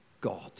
God